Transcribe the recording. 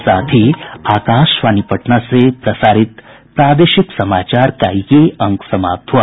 इसके साथ ही आकाशवाणी पटना से प्रसारित प्रादेशिक समाचार का ये अंक समाप्त हुआ